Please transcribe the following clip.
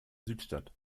südstadt